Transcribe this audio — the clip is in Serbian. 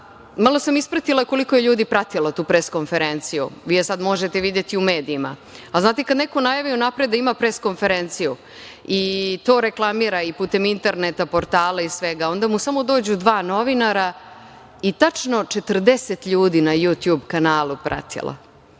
malo sam ispratila koliko je ljudi pratilo tu pres konferenciju. Vi je sada možete videti u medijima. Znate, kada neko najavi unapred da ima pres konferenciju i to reklamira putem interneta, portala i svega, a onda mu samo dođu dva novinara i tačno 40 ljudi na Jutjub kanalu je pratilo.